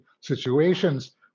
situations